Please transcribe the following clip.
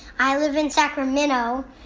i live in sacramento,